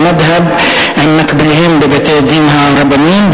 מד'הב עם מקביליהם בבתי-הדין הרבניים,